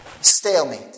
stalemate